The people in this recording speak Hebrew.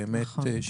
באמת,